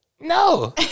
No